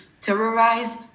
terrorize